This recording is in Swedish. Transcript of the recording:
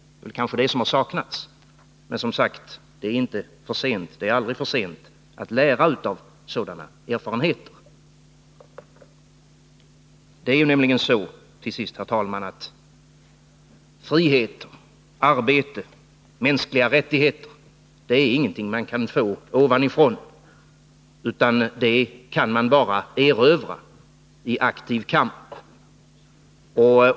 Det är kanske detta som har saknats. Men, som sagt, det är aldrig för sent att lära av sådana erfarenheter. Herr talman! Frihet, arbete, mänskliga rättigheter är ingenting man kan få ovanifrån, utan det kan man bara erövra i aktiv kamp.